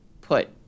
put